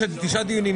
מי בעד קבלת ההסתייגות?